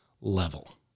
level